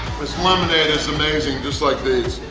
this lemonade is amazing, just like these!